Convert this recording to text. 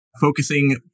focusing